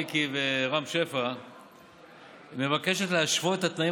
מיקי לוי ורם שפע מבקשת להשוות את התנאים